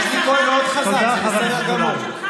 יש לי קול מאוד חזק, זה בסדר גמור.